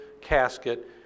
casket